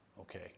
Okay